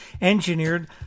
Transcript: engineered